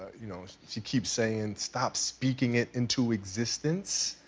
you know she keeps saying stop speaking it into existence.